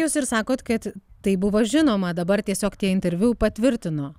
jus ir sakot kad tai buvo žinoma dabar tiesiog tie interviu patvirtino